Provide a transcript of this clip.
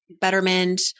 Betterment